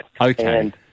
Okay